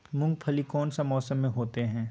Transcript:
मूंगफली कौन सा मौसम में होते हैं?